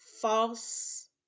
false